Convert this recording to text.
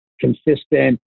consistent